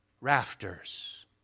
rafters